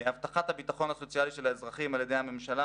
הבטחת הביטחון הסוציאלי של האזרחים על ידי הממשלה,